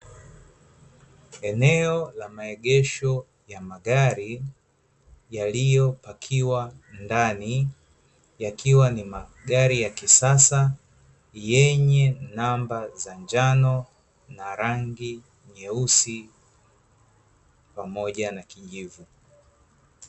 Eneo la maegesho ya magari yaliyo pakiwa ndani, yakiwa ni magari ya kisasa yenye namba za njano na rangi nyeusi pamoja na kijivu.